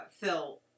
Phil